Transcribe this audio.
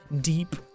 deep